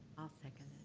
second